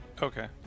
Okay